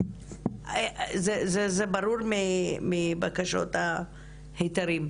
זה מתברר מבקשות ההיתרים.